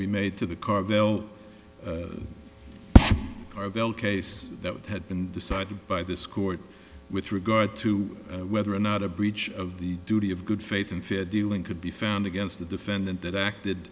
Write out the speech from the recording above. we made to the carvel carvel case that had been decided by this court with regard to whether or not a breach of the duty of good faith and fair dealing could be found against a defendant that acted